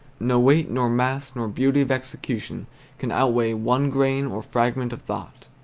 no weight nor mass nor beauty of execution can outweigh one grain or fragment of thought.